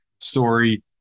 story